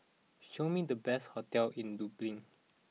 show me the best hotels in Dublin